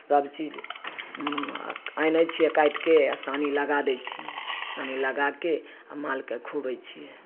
सबचीज आनै छिए काटिके आओर सानी लगा दै छिए सानी लगाके आओर मालके खुअबै छिए